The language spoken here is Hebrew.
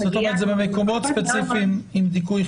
פגייה --- זאת אומרת שזה במקומות ספציפיים עם דיכוי חיסוני.